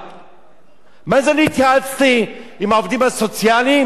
אני התייעצתי עם העובדים הסוציאליים וקיבלנו החלטה?